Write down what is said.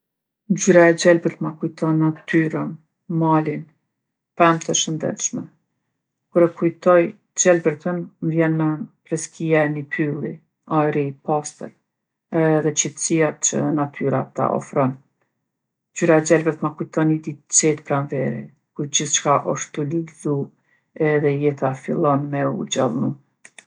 Ngjyra e gjelbërt ma kujton natyrën, malin, pemtë e shëndetshme. Kur e kujtoj t'gjelbërtën, m'vjen n'men freskia e ni pylli, ajri i pastër edhe qetsia që natyra ta ofron. Ngjyra e gjelbërt ma kujton ni ditë t'qetë pranvere, ku gjithçka osht tu lulzu edhe jeta fillon me u gjallnu.